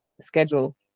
schedule